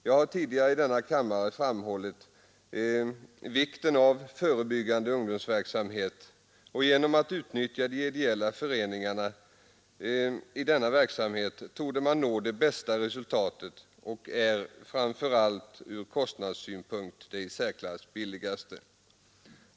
Jag har tidigare i denna kammare framhållit vikten av förebyggande ungdomsverksamhet, och genom att utnyttja de ideella föreningarna i denna verksamhet torde man nå det bästa resultatet. Det är framför allt från kostnadssynpunkt det i särklass billigaste.